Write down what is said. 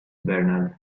bernard